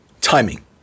timing